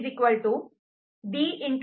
F B